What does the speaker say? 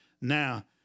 Now